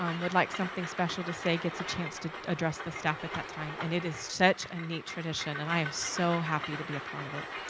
um would like something special to say get's a chance to address the staff at that time. an it is such a neat tradition. an and i am so happy to be a part of it.